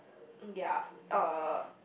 ya uh